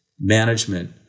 management